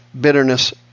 bitterness